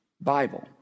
Bible